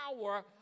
power